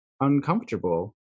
uncomfortable